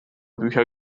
bücher